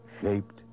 shaped